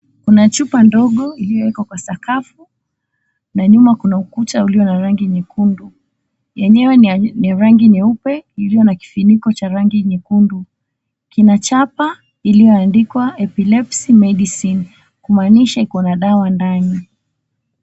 Kuna chupa ndogo iliyowekwa kwa sakafu na nyuma kuna ukuta ulio na rangi nyekundu. Yenyewe ni rangi nyeupe iliyo na kifuniko cha rangi nyekundu. Kina chapa iliyoandikwa Epilepsy Medicine kumaanisha iko na dawa ndani.